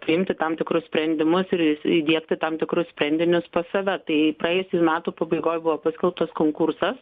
priimti tam tikrus sprendimus ir įdiegti tam tikrus sprendinius pas save tai praėjusiųjų metų pabaigoj buvo paskelbtas konkursas